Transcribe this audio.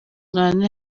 rwanda